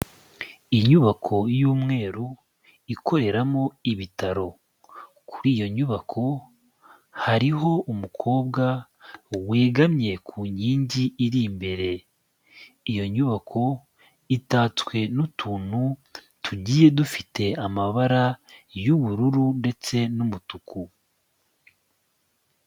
Inyubako y'umweru ikoreramo ibitaro, kuri iyo nyubako hariho umukobwa wegamye ku nkingi iri imbere, iyo nyubako itatswe n'utuntu tugiye dufite amabara y'ubururu ndetse n'umutuku.